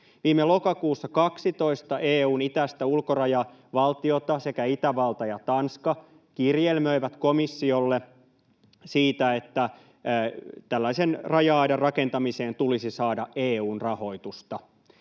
Viime lokakuussa 12 EU:n itäistä ulkorajavaltiota sekä Itävalta ja Tanska kirjelmöivät komissiolle siitä, että tällaisen raja-aidan rakentamiseen tulisi saada EU:n rahoitusta.